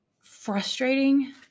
frustrating